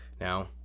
Now